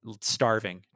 starving